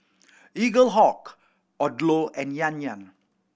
Eaglehawk Odlo and Yan Yan